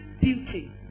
beauty